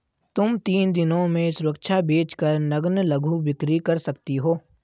तुम तीन दिनों में सुरक्षा बेच कर नग्न लघु बिक्री कर सकती हो